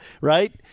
Right